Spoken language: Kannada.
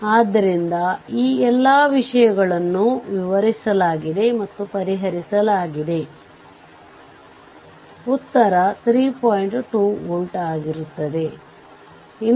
ಏಕೆಂದರೆ ನೀವು ಅದನ್ನು ತೆರೆದ ತಕ್ಷಣ R input ಅನ್ನು ಕಂಡುಹಿಡಿಯಬೇಕು ಅದು RThevenin